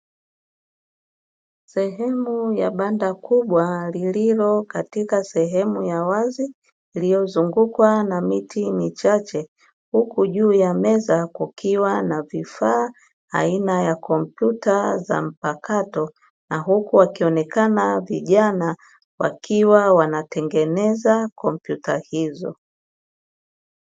Sehemu ya banda kubwa lililo katika sehemu ya wazi iliyozungukwa na miti michache huku juu ya meza kukiwa na vifaa aina ya kompyuta za mpakato, na huku wakionekana vijana wakiwa wanatengeneza kompyuta hizo.